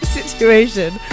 situation